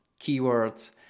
keywords